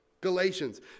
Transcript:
Galatians